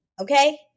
Okay